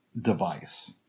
device